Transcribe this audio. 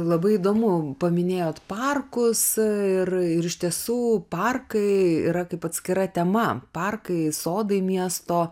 labai įdomu paminėjot parkus ir ir iš tiesų parkai yra kaip atskira tema parkai sodai miesto